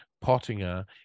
Pottinger